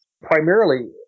Primarily